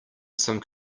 some